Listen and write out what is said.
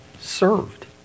served